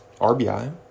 RBI